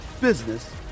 business